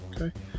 okay